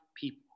People